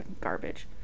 Garbage